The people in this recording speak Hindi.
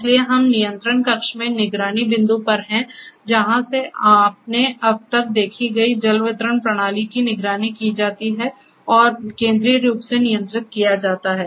इसलिए हम नियंत्रण कक्ष में निगरानी बिंदु पर हैं जहाँ से आपने अब तक देखी गई जल वितरण प्रणाली की निगरानी की जाती है और केंद्रीय रूप से नियंत्रित किया जाता है